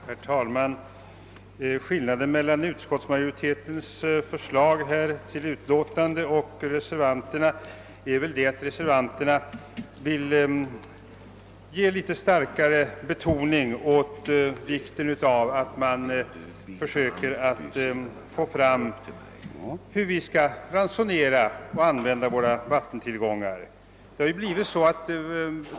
Herr talman! Skillnaden mellan utskottsmajoritetens förslag och reservanternas är att reservanterna vill starkare betona vikten av att man försöker få fram förslag till hur våra vattentillgångar skall ransoneras och användas.